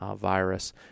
virus